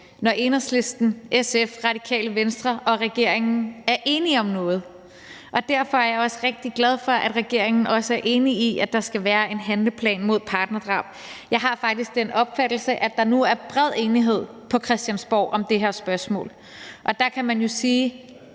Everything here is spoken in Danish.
når Enhedslisten, SF, Radikale Venstre og regeringen er enige om noget. Derfor er jeg også rigtig glad for, at regeringen er enig i, at der skal være en handleplan mod partnerdrab. Jeg har faktisk den opfattelse, at der nu er bred enighed på Christiansborg om det her spørgsmål, og der kan man jo sige: